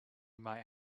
might